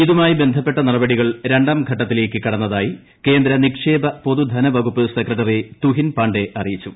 ഇതുമായി ബന്ധപ്പെട്ട നടപടികൾ രണ്ടാം ഘട്ടത്തിലേക്ക് കടന്നതായി കേന്ദ്ര നിക്ഷേപ് പൊതുധന വകുപ്പ് സെക്രട്ടറി തുഹിൻ പാണ്ടേ അറിയിച്ചു